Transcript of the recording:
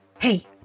Hey